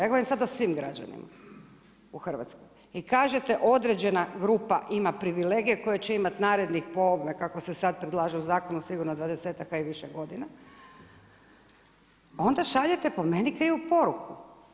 Ja govorim sad o svim građanima u Hrvatskoj i kažete određena grupa ima privilegije koje će imati narednih po ovome kako se sad predlaže u zakonu sigurno dvadesetak i više godina, onda šaljete po meni krivu poruku.